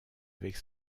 avec